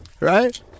Right